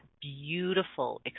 beautiful